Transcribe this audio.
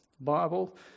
Bible